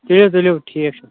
تُلِو تُلِو ٹھیٖک چھُ